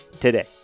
today